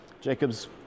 Jacob's